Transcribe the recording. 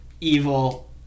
evil